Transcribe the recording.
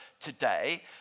today